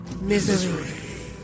Misery